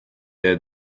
had